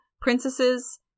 princesses